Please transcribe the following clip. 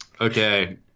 okay